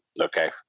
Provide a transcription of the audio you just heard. okay